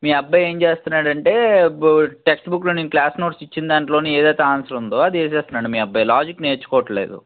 మీ అబ్బాయి ఏం చేస్తన్నాడంటే బూ టెక్స్ట్ బుక్లో నేను క్లాస్ నోట్స్ ఇచ్చిన దాంట్లోని ఏదయితే ఆన్సర్ ఉందో అదేసేస్తున్నాడు మీ అబ్బాయి లాజిక్ నేర్చుకోవట్లేదు